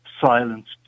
silenced